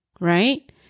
Right